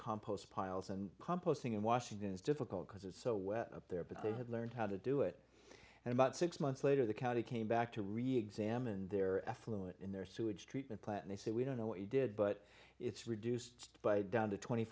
compost piles and composting in washington is difficult because it's so wet up there but they had learned how to do it and about six months later the county came back to reexamine their effluent in their sewage treatment plant and they said we don't know what you did but it's reduced by down to twenty